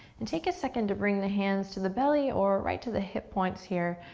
and take a second to bring the hands to the belly or right to the hip points here,